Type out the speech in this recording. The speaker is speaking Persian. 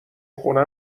خونه